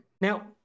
Now